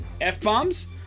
F-bombs